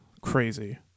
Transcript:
Crazy